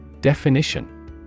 Definition